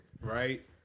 right